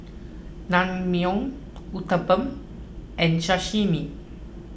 Naengmyeon Uthapam and Sashimi